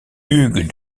hugues